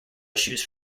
issues